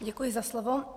Děkuji za slovo.